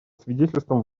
свидетельством